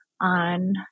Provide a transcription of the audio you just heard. on